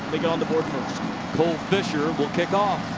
they get on the board first. will kick off.